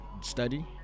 study